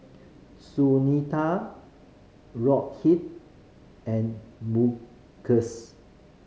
Sunita Rohit and Mukesh